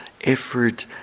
effort